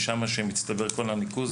ולשם הכול מתנקז.